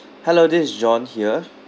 hello this is john here